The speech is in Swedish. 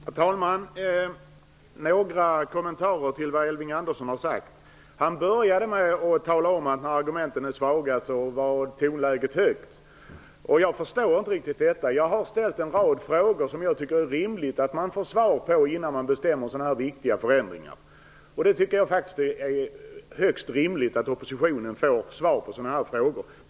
Herr talman! Jag vill rikta några kommentarer till Elving Andersson, som började med att tala om att när argumenten är svaga blir tonläget högt. Jag förstår inte riktigt detta. Jag har ställt en rad frågor som jag tycker att det är rimligt att få svar på innan man beslutar om så viktiga förändringar. Det är högst rimligt att oppositionen får svar på sådana frågor.